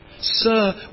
Sir